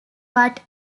but